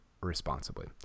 responsibly